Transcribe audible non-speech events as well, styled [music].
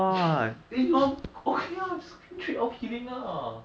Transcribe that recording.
[laughs] then you want okay ah just win trade